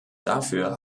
dafür